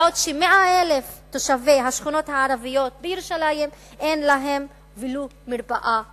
בעוד של-100,000 תושבי השכונות הערביות בירושלים אין ולו מרפאה אחת.